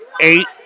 eight